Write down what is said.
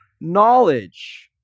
knowledge